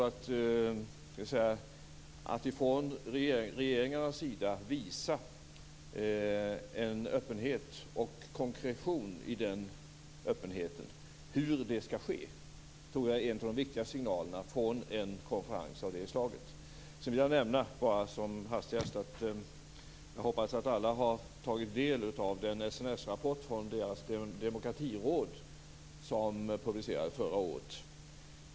Att regeringarna visar en öppenhet, och en konkretion i denna öppenhet, om hur det skall ske, tror jag är en av de viktigaste signalerna från en konferens av detta slag. Sedan vill jag också bara som hastigast nämna att jag hoppas att alla har tagit del av den rapport från SNS demokratiråd som publicerades förra året.